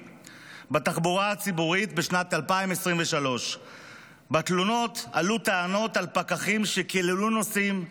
בתחבורה הציבורית בשנת 2023. בתלונות עלו טענות על פקחים שקיללו נוסעים,